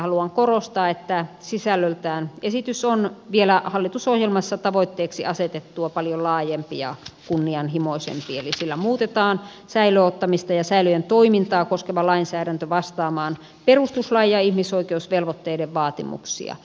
haluan korostaa että sisällöltään esitys on hallitusohjelmassa tavoitteeksi asetettua vielä paljon laajempi ja kunnianhimoisempi eli sillä muutetaan säilöön ottamista ja säilöjen toimintaa koskeva lainsäädäntö vastaamaan perustuslain ja ihmisoikeusvelvoitteiden vaatimuksia